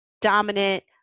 dominant